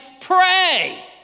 Pray